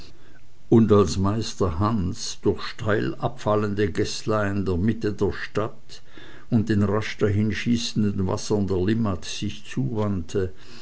und als meister hans durch steil abfallende gäßlein der mitte der stadt und den rasch dahinschießenden wassern der limmat sich zuwandte